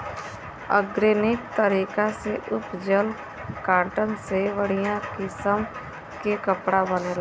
organic तरीका से उपजल कॉटन से बढ़िया किसम के कपड़ा बनेला